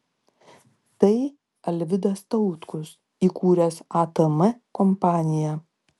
tai alvidas tautkus įkūręs atm kompaniją